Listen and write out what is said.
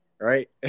Right